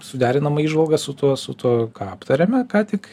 suderinama įžvalga su tuo su tuo ką aptarėme ką tik